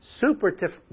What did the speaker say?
super